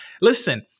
Listen